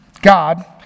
God